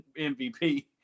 MVP